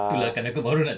tu lah kau baru nak cakap